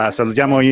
salutiamo